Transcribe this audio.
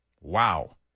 Wow